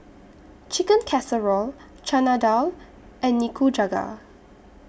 Chicken Casserole Chana Dal and Nikujaga